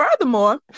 furthermore